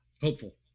hopeful